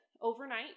overnight